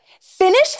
finish